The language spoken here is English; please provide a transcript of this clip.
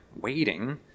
waiting